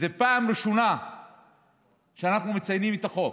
זו הפעם הראשונה שאנחנו מציינים את החוק,